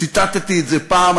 ציטטתי את זה פעם,